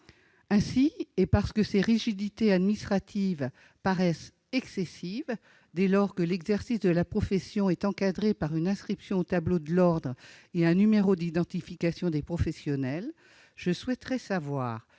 Ainsi, et parce que ces rigidités administratives paraissent excessives dès lors que l'exercice de la profession est encadré par une inscription au tableau de l'ordre et un numéro d'identification des professionnels, je souhaiterais savoir